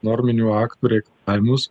norminių aktų reikalavimus